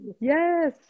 Yes